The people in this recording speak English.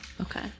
Okay